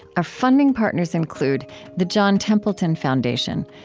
our funding partners include the john templeton foundation.